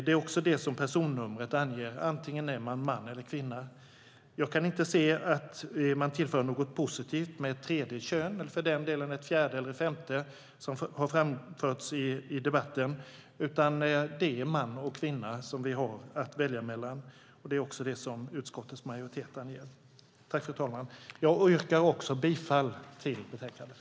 Det är också det personnumret anger - man är antingen man eller kvinna. Jag kan inte se att ett tredje kön tillför något positivt - eller för den delen ett fjärde eller femte, som har framförts i debatten - utan det är man och kvinna vi har att välja mellan. Det är också det utskottets majoritet anger. Jag yrkar bifall till förslaget i betänkandet.